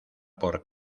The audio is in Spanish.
por